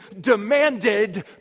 demanded